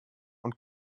und